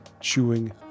chewing